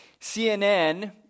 CNN